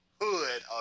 hood